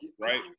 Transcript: right